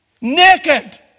naked